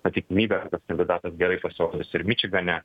ta tikimybė kad kandidatas gerai pasirodys ir mičigane